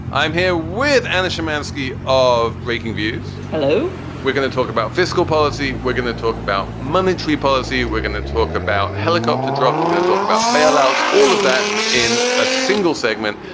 i'm here with anna shymansky of breakingviews. hello. we're gonna talk about fiscal policy. we're going to talk about monetary policy we're going to talk about helicopter drops. we're gonna talk about bailouts, all of that in a single segment.